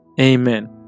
Amen